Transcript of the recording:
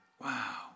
wow